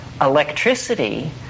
electricity